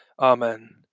Amen